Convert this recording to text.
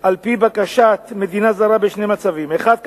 על-פי בקשת מדינה זרה בשני מצבים: האחד,